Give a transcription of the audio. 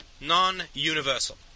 non-universal